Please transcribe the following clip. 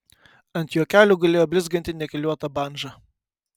ant jo kelių gulėjo blizganti nikeliuota bandža